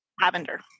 lavender